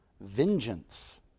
Vengeance